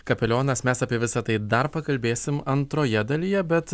kapelionas mes apie visa tai dar pakalbėsim antroje dalyje bet